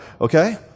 Okay